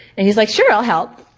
and he's like, sure i'll help.